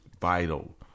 vital